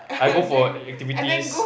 I go for activities